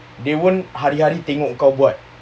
they won't hari-hari tengok kau buat